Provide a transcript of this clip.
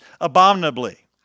abominably